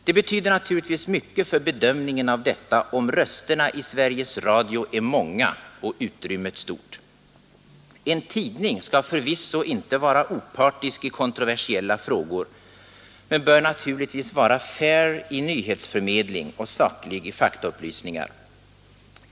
Det betyder naturligtvis mycket för bedömningen av detta, om rösterna i Sveriges Radio är många och utrymmet stort. En tidning skall förvisso inte vara opartisk i kontroversiella frågor men bör naturligtvis vara fair i nyhetsförmedling och saklig i faktaupplysningar.